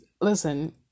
listen